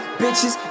bitches